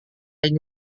ini